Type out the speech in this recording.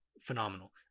phenomenal